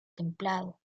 templado